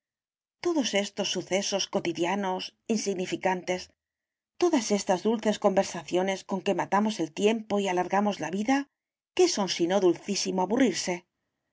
todos estos sucesos cotidianos insignificantes todas estas dulces conversaciones con que matamos el tiempo y alargamos la vida qué son sino dulcísimo aburrirse